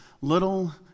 little